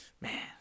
man